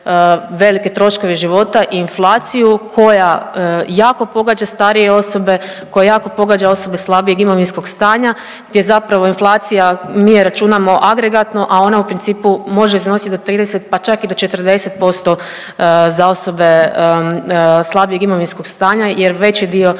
velike troškove života i inflaciju koja jako pogađa starije osobe, koja jako pogađa osobe slabijeg imovinskog stanja gdje zapravo inflacija, mi je računamo agregatno, a ona u principu može iznosit do 30, pa čak i do 40% za osobe slabijeg imovinskog stanja jer veći dio svojih